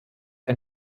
ein